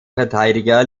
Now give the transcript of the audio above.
verteidiger